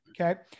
Okay